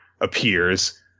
appears